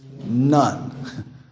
None